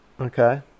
Okay